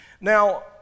Now